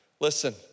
Listen